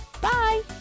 Bye